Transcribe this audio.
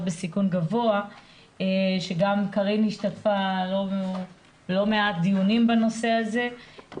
בסיכון גבוה שגם קארין השתתפה בלא מעט דיונים בנושא הזה.